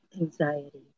anxiety